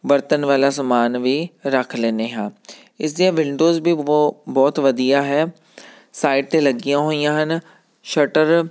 ਵਰਤਣ ਵਾਲਾ ਸਮਾਨ ਵੀ ਰੱਖ ਲੈਂਦੇ ਹਾਂ ਇਸ ਦੀਆਂ ਵਿੰਡੋਜ ਵੀ ਬਹੁ ਬਹੁਤ ਵਧੀਆ ਹੈ ਸਾਈਡ 'ਤੇ ਲੱਗੀਆਂ ਹੋਈਆਂ ਹਨ ਸ਼ਟਰ